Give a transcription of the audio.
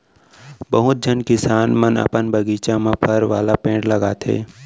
बहुत झन किसान मन अपन बगीचा म फर वाला पेड़ लगाथें